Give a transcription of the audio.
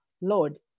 Lord